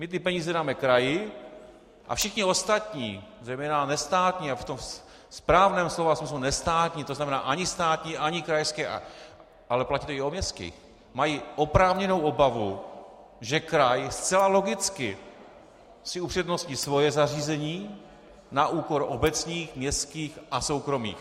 My ty peníze dáme kraji a všichni ostatní, zejména nestátní, a v tom správném slova smyslu nestátní, to znamená ani státní, ani krajské, ale platí to i o městských, mají oprávněnou obavu, že kraj zcela logicky si upřednostní svoje zařízení na úkor obecních, městských a soukromých.